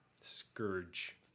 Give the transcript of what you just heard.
Scourge